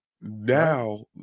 Now